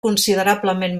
considerablement